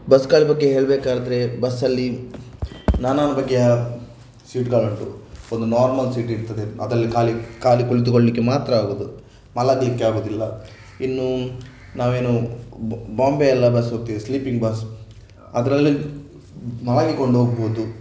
ಬಸ್ಗಳ ಬಗ್ಗೆ ಹೇಳಬೇಕಾದರೆ ಬಸ್ಸಲ್ಲಿ ನಾನಾ ಬಗೆಯ ಸೀಟ್ಗಳುಂಟು ಒಂದು ನಾರ್ಮಲ್ ಸೀಟ್ ಇರ್ತದೆ ಅದರಲ್ಲಿ ಖಾಲಿ ಖಾಲಿ ಕುಳಿತುಕೊಳ್ಳಿಕ್ಕೆ ಮಾತ್ರ ಆಗುವುದು ಮಲಗಲಿಕ್ಕೆ ಆಗುವುದಿಲ್ಲ ಇನ್ನು ನಾವೇನು ಬಾಂಬೆಯೆಲ್ಲ ಬಸ್ ಹೋಗ್ತೇವೆ ಸ್ಲೀಪಿಂಗ್ ಬಸ್ ಅದರಲ್ಲಿ ಮಲಗಿಕೊಂಡು ಹೋಗಬಹುದು